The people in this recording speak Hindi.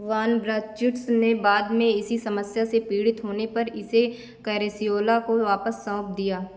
वान ब्रॉचिट्स ने बाद में इसी समस्या से पीड़ित होने पर इसे कैरेसिओला को वापस सौंप दिया